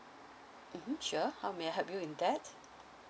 mm sure how may I help you in that